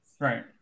Right